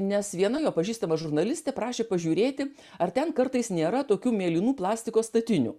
nes viena jo pažįstama žurnalistė prašė pažiūrėti ar ten kartais nėra tokių mėlynų plastiko statinių